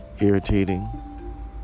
irritating